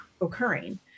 occurring